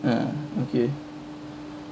um okay